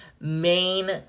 main